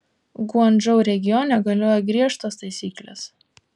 guangdžou regione galioja griežtos taisyklės